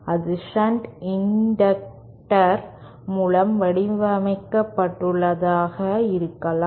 அது shunt inductor மூலம் வடிவமைக்கப்பட்டுள்ளததாக இருக்கலாம்